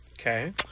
Okay